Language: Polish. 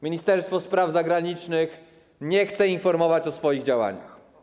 Ministerstwo Spraw Zagranicznych nie chce informować o swoich działaniach.